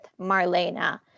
Marlena